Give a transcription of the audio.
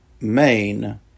main